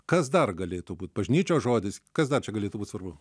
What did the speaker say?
kas dar galėtų būt bažnyčios žodis kas dar čia galėtų būt svarbu